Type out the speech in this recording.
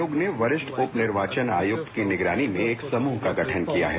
आयोग ने वरिष्ठ उप निर्वाचन आयुक्त की निगरानी में एक समूह का गठन किया है